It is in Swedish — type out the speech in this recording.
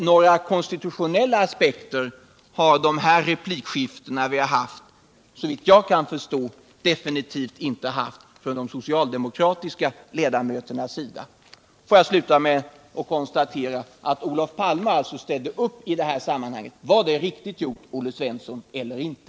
Några konstitutionella aspekter från de socialdemokratiska ledamöternas sida har de här replikskiftena definitivt inte haft, såvitt jag kan förstå. Jag vill sluta med att konstatera att Olof Palme ställt upp i ett sådant här sammanhang. Jag vill också fråga Olle Svensson om det var riktigt eller inte.